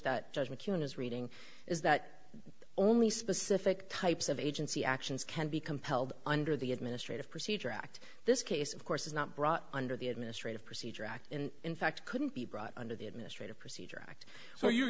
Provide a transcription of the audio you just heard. that judge mccune is reading is that only specific types of agency actions can be compelled under the administrative procedure act this case of course is not brought under the administrative procedure act and in fact couldn't be brought under the administrative procedure act